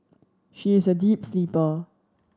she is a deep sleeper